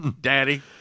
Daddy